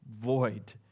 void